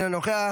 אינו נוכח,